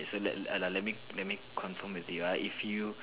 so that let let ah lah let me let me confirm with you ah if you